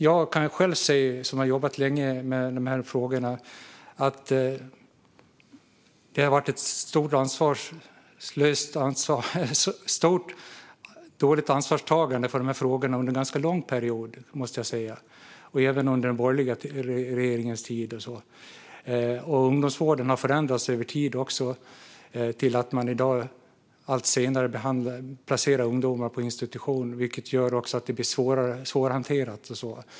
Jag som själv har jobbat länge med dessa frågor kan se att det under en ganska lång period har varit ett dåligt ansvarstagande på området. Så var det även under den borgerliga regeringens tid. Ungdomsvården har med tiden dessutom förändrats. I dag placerar man ungdomar på institution allt senare, vilket gör att det hela blir svårhanterat.